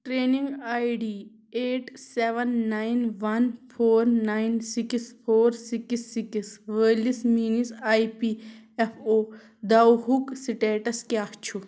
training I D eight seven nine one four nine six four six six وٲلِس میٛٲنِس I P F O دوہُک status کیٛاہ چھُ